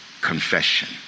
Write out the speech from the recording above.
confession